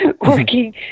Working